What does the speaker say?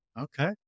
Okay